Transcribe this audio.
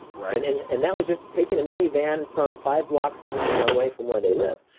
and and yeah and that was just taking a minivan from five blocks so you know away from where they live.